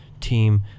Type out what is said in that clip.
team